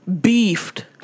beefed